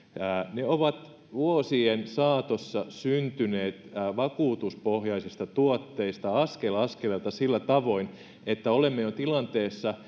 ne ovat vuosien saatossa syntyneet vakuutuspohjaisista tuotteista askel askeleelta sillä tavoin että olemme jo tilanteessa